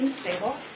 stable